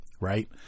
right